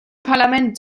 parlament